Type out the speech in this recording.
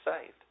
saved